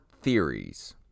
theories